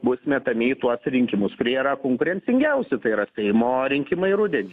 bus metami į tuos rinkimus kurie yra konkurencingiausi tai yra seimo rinkimai rudenį